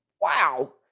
wow